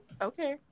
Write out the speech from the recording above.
Okay